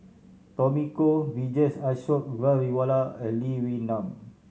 Tommy Koh Vijesh Ashok Ghariwala and Lee Wee Nam